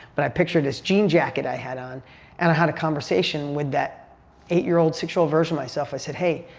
but i pictured this jean jacket i had on and i had a conversation with that eight year old, six year old version of myself. i said, hey,